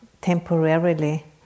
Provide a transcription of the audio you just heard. temporarily